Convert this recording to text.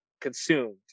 consumed